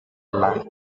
like